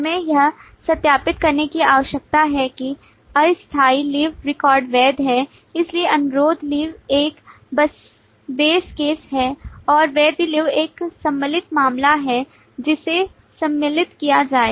हमें यह सत्यापित करने की आवश्यकता है कि अस्थायी लीव रिकॉर्ड वैध है इसलिए अनुरोध लीव एक base केस है और वैध लीव एक सम्मिलित मामला है जिसे सम्मिलित किया जाएगा